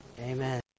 Amen